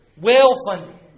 Well-funded